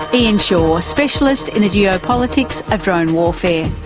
ian shaw, ah specialist in the geopolitics of drone warfare.